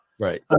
Right